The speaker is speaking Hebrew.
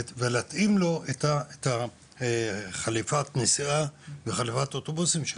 ולהתאים לו את חליפת הנסיעה וחליפת האוטובוסים שלו?